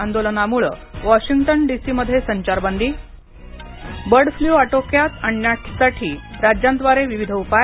आंदोलनामुळं Washington डीसीमध्ये संचारबंदी bird flu आटोक्यात ठेवण्यासाठी राज्यांद्वारे विविध उपाय